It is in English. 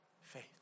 faith